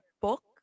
book